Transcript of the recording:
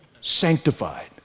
sanctified